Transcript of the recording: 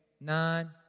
nine